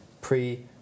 pre